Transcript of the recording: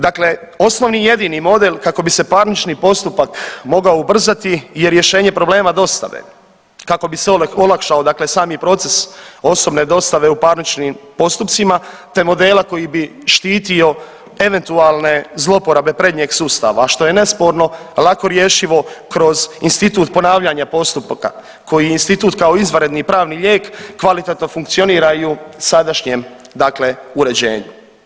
Dakle, osnovni i jedini model kako bi se parnični postupak mogao ubrzati je rješenje problema dostave, kako bi se olakšao dakle sami proces osobne dostave u parničnim postupcima, te modela koji bi štitio eventualne zlouporabe prednjeg sustava, a što je nesporno i lako rješivo kroz institut ponavljanja postupka koji institut kao izvanredni pravni lijek kvalitetno funkcionira i u sadašnjem dakle uređenju.